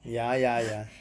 ya ya ya